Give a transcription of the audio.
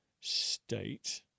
state